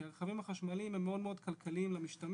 כי הרכבים החשמליים הם מאוד כלכליים למשתמש,